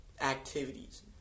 Activities